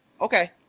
Okay